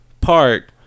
Park